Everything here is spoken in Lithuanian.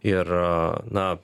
ir na